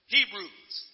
Hebrews